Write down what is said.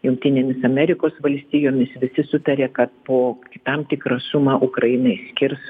jungtinėmis amerikos valstijomis visi sutarė kad po tam tikrą sumą ukrainai skirs